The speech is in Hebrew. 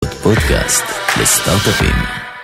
פודקאסט לסטארט-אפים